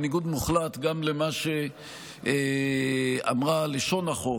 בניגוד מוחלט גם למה שאמרה לשון החוק